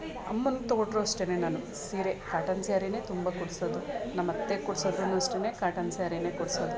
ಅಮ್ಮಂಗೆ ತಗೊಂಡರೂ ಅಷ್ಟೆಯೇ ನಾನು ಸೀರೆ ಕಾಟನ್ ಸ್ಯಾರಿಯೇ ತುಂಬ ಕೊಡಿಸೋದು ನಮ್ಮ ಅತ್ತೆಗೆ ಕೊಡ್ಸೋದೂನು ಅಷ್ಟೆಯೇ ಕಾಟನ್ ಸ್ಯಾರಿಯೇ ಕೊಡಿಸೋದು